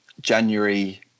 January